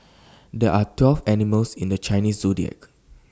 there are twelve animals in the Chinese Zodiac